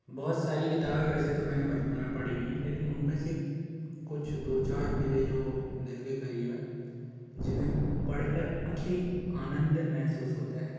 बहुत सारी किताब वैसे तो मैंने बचपन में पढ़ी हुई हैं लेकिन उन में से कुछ दो चार मेरे जो दिल के क़रीब हैं जिन्हें पढ़कर अति आनंद महसूस होता है